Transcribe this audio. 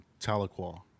Tahlequah